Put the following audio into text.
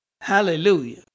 Hallelujah